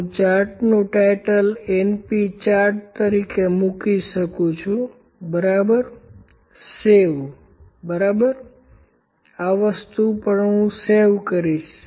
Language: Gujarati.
હું ચાર્ટનું શીર્ષક np ચાર્ટ તરીકે મૂકી શકું છું બરાબર સેવ બરાબર આ વસ્તુ પણ હું સેવ કરીશ